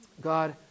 God